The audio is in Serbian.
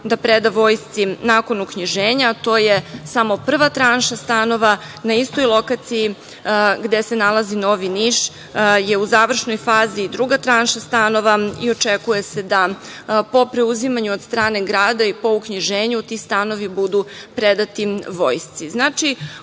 se predaju vojsci nakon uknjiženja, a to je samo prva tranša stanova na istoj lokaciji gde se nalazi „Novi Niš“, je u završnoj fazi i druga tranša stanova i očekuje se da po preuzimanju od strane grada i po uknjiženju ti stanovi budu predati vojsci. Znači,